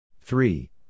Three